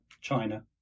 China